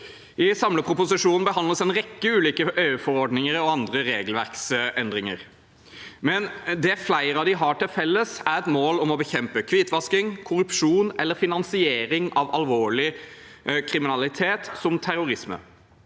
I samleproposisjonen behandles en rekke ulike EU-forordninger og andre regelverksendringer, men det flere av dem har til felles, er et mål om å bekjempe hvitvasking, korrupsjon eller finansiering av alvorlig kriminalitet som terrorisme